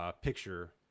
picture